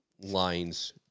lines